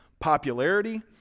popularity